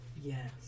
Yes